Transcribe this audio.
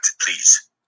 please